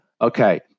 okay